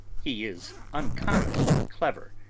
he is uncommonly clever,